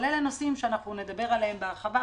אבל אלה נושאים שאנחנו נדבר עליהם בהרחבה,